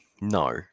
No